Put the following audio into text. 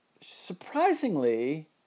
surprisingly